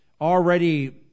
already